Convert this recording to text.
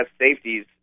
safeties